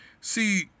See